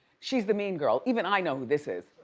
she's the mean girl, even i know who this is.